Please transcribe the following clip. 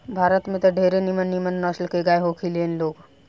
भारत में त ढेरे निमन निमन नसल के गाय होखे ली लोग